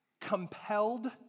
compelled